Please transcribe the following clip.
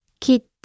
Kit